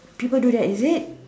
people do that is it